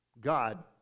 God